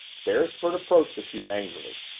beresford approached the two angrily.